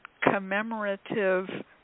commemorative